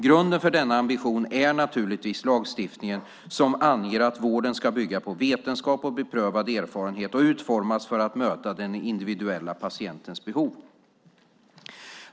Grunden för denna ambition är naturligtvis lagstiftningen, som anger att vården ska bygga på vetenskap och beprövad erfarenhet och utformas för att möta den individuella patientens behov.